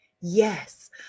yes